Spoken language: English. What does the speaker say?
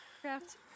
craft